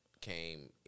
came